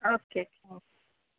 okay